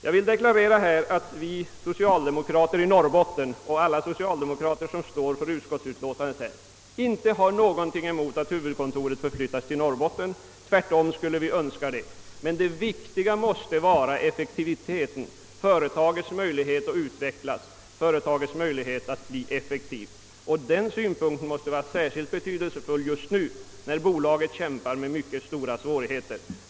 Jag vill deklarera att vi socialdemokrater i Norrbotten och alla socialdemokrater som står bakom utskottsutlåtandet inte har någonting emot att huvudkontoret förflyttas till Norrbotten — tvärtom skulle vi önska detta. Men det viktigaste måste vara företagets möjligheter att utvecklas och bli effektivt. Den synpunkten är särskilt betydelsefull just nu, när bolaget kämpar med mycket stora svårigheter.